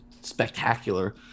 spectacular